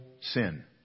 sin